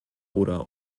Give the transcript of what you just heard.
oder